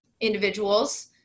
individuals